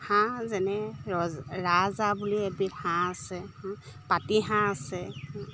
হাঁহ যেনে ৰ ৰাজহাঁহ বুলি এবিধ হাঁহ আছে পাতিহাঁহ আছে